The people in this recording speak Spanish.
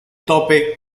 tope